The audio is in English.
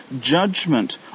judgment